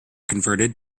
converted